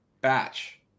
batch